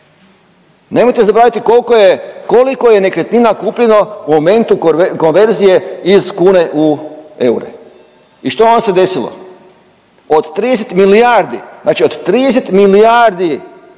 Nemojte zaboraviti koliko je nekretnina kupljeno u momentu konverzije iz kune u eure. I što vam se desilo? Od 30 milijardi, znači od 30 milijardi